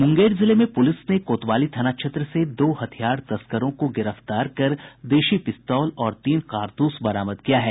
मुंगेर जिले में पुलिस ने कोतवाली थाना क्षेत्र से दो हथियार तस्करों को गिरफ्तार कर देशी पिस्तौल और तीन कारतूस बरामद किया है